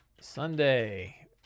Sunday